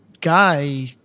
guy